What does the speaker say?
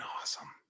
awesome